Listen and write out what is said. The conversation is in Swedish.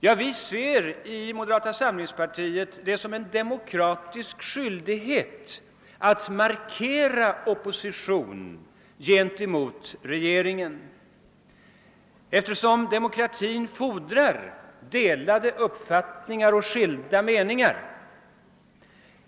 Ja, vi ser i moderata samlingspartiet det som en demokratisk skyldighet att markera opposition gentemot regeringen, eftersom demokrati fordrar delade uppfattningar och skilda meningar.